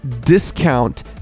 discount